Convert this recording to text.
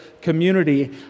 community